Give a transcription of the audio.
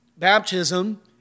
baptism